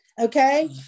okay